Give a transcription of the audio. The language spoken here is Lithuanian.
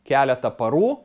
keletą parų